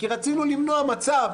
כי רצינו למנוע מצב